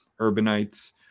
urbanites